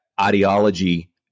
ideology